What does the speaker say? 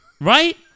Right